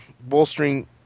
bolstering